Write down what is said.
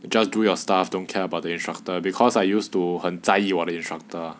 you just do your staff don't care about the instructor because I used to 很在意我的 instructor